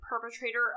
perpetrator